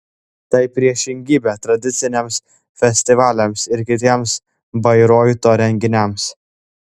tai priešingybė tradiciniams festivaliams ir kitiems bairoito renginiams